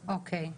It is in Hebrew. אוקיי.